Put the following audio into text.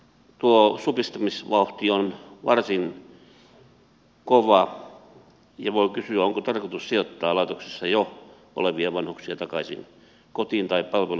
tuo supistamisvauhti on varsin kova ja voi kysyä onko tarkoitus sijoittaa laitoksissa jo olevia vanhuksia takaisin kotiin tai palveluasuntoihin